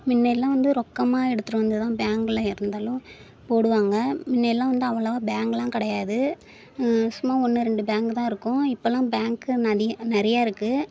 முன்னெல்லாம் வந்து ரொக்கமாக எடுத்துட்டு வந்து தான் பேங்க்கில் இருந்தாலும் போடுவாங்க முன்னெல்லாம் வந்து அவ்வளவா பேங்க்கெலாம் கிடையாது சும்மா ஒன்று ரெண்டு பேங்கு தான் இருக்கும் இப்போல்லாம் பேங்க் அதிக நிறையா இருக்குது